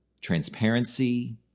transparency